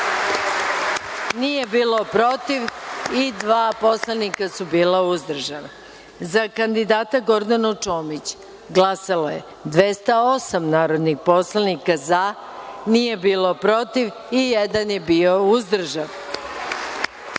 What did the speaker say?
nije bio protiv i dva poslanika su bila uzdržana.Za kandidata Gordanu Čomić glasalo je 208 narodnih poslanika za, niko nije bio protiv i jedan je bio uzdržan.Za